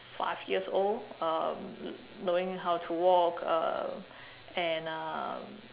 five years old um knowing how to walk uh and uh